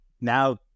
now